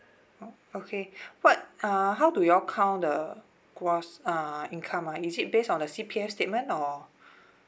o~ okay what uh how so you all count the gross uh income ah is it based on the C_P_F statement or